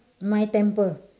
my temper